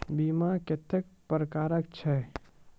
बीमा कत्तेक प्रकारक छै?